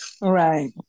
Right